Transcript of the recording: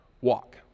walk